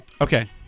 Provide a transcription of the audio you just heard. Okay